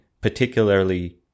particularly